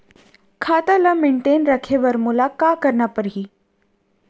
खाता ल मेनटेन रखे बर मोला का करना पड़ही?